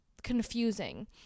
confusing